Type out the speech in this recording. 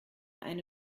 eine